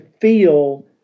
feel